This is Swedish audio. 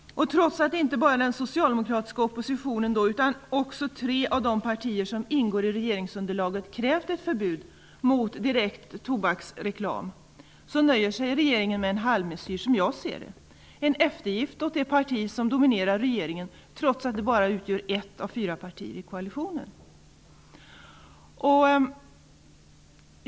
Trots att inte bara den socialdemokratiska oppositionen utan även tre av de partier som ingår i regeringsunderlaget krävt ett förbud mot direkt tobaksreklam nöjer sig regeringen med en halvmessyr. Det är en eftergift åt det parti som dominerar regeringen trots att det bara utgör ett av fyra partier i koalitionen.